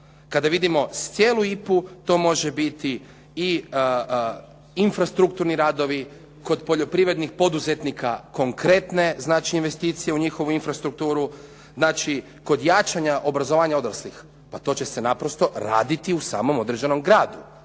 Kada vidimo cijelu IPA-u, to može biti i infrastrukturni radovi, kod poljoprivrednih poduzetnika konkretne znači investicije u njihovu infrastrukturu, znači kod jačanja obrazovanja odraslih, pa to će se naprosto raditi u samom određenom gradu